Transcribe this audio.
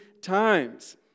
times